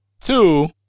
Two